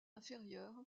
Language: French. inférieur